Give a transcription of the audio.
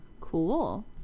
Cool